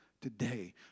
today